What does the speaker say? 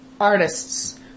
artists